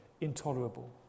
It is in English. intolerable